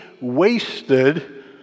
wasted